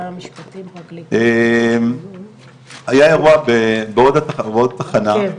היה אירוע בעוד תחנה,